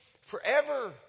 forever